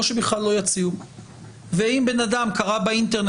או שבכלל לא יציגו ואם בן אדם קרא באינטרנט